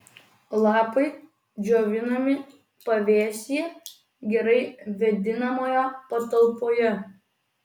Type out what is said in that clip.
lapai džiovinami pavėsyje gerai vėdinamoje patalpoje